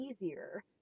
easier